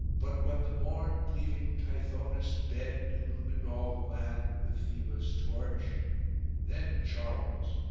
but when the morn, leaving tithonus' bed, illumined all the land with phcebus' torch then charles,